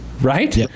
right